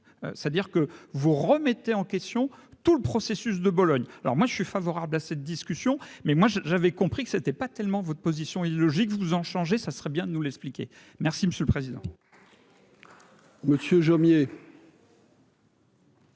c'est-à-dire que vous remettez en question tout le processus de Bologne, alors moi je suis favorable à cette discussion, mais moi je j'avais compris que c'était pas tellement votre position illogique vous en changer, ça serait bien de nous l'expliquer, merci monsieur le président. Monsieur Jomier.